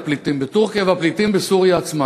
הפליטים בטורקיה והפליטים בסוריה עצמה.